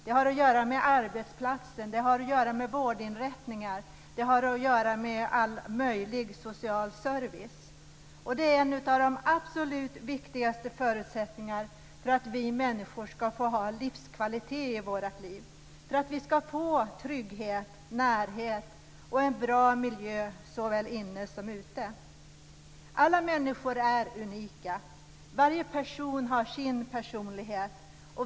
Det har att göra med arbetsplatser, med vårdinrättningar, med all möjlig social service. Det är en av de absolut viktigaste förutsättningarna för att vi människor ska få livskvalitet i våra liv, för att vi ska få trygghet, närhet och en bra miljö såväl inne som ute. Alla människor är unika. Varje person har sin personlighet.